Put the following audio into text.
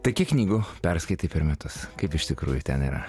tai kiek knygų perskaitai per metus kaip iš tikrųjų ten yra